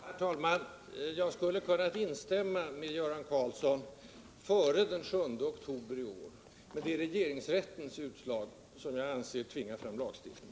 Herr talman! Jag skulle ha kunnat instämma med Göran Karlsson före den 7 oktober i år. Det är regeringsrättens utslag som jag anser tvingar fram lagstiftning.